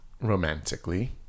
romantically